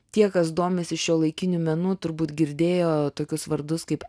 tie kas domisi šiuolaikiniu menu turbūt girdėjo tokius vardus kaip